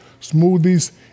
smoothies